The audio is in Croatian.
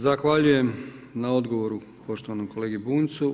Zahvaljujem na odgovoru poštovanom kolegi Bunjcu.